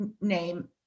name